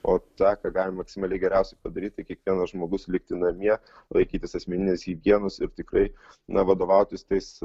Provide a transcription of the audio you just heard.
o tą ką galim maksimaliai geriausiai padaryt tai kiekvienas žmogus liktų namie laikytis asmeninės higienos ir tikrai na vadovautis tais